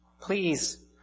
please